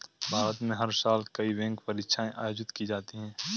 भारत में हर साल कई बैंक परीक्षाएं आयोजित की जाती हैं